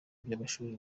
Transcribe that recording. by’amashuri